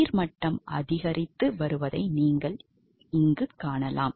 நீர் மட்டம் அதிகரித்து வருவதை நீங்கள் காணலாம்